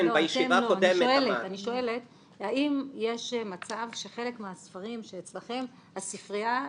אני שואלת האם יש מצב שחלק מהספרים שאצלכם הספרייה רכשה?